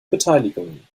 beteiligungen